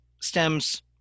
stems